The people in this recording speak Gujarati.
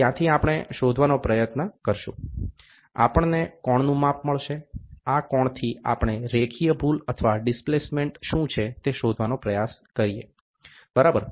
ત્યાંથી આપણે શોધવાનો પ્રયત્ન કરશુ આપણને કોણનું માપ મળશે આ કોણ થી આપણે રેખીય ભૂલ અથવા ડિસ્પ્લેસમેન્ટ શું છે તે શોધવાનો પ્રયાસ કરીએ બરાબર